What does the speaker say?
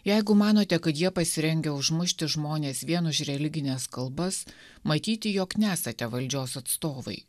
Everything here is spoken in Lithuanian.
jeigu manote kad jie pasirengę užmušti žmones vien už religines kalbas matyti jog nesate valdžios atstovai